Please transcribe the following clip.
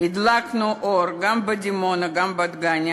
"הדלקנו אור גם בדימונה גם בדגניה".